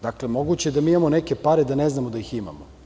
Dakle, moguće da mi imamo neke pare, da ne znamo da ih imamo.